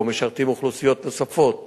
שבו משרתות אוכלוסיות נוספות